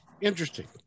Interesting